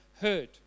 heard